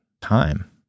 time